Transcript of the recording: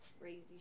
Crazy